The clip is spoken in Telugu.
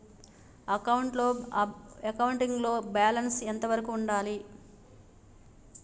అకౌంటింగ్ లో బ్యాలెన్స్ ఎంత వరకు ఉండాలి?